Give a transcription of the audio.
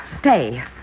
stay